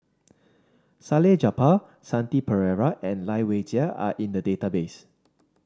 Salleh Japar Shanti Pereira and Lai Weijie are in the database